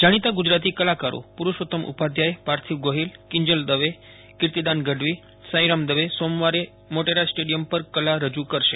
જાણીતા ગુજરાતી કલાકારો પુરૂષોત્તમ ઉપાધ્યાય પાર્થિવ ગોહિલ કિંજલ દવે કીર્તિદાન ગઢવી સાઈરામ દવે સોમવારે મોટેરા સ્ટેડિયમ પર કલા રજુ કરશે